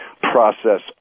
process